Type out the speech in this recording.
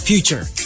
Future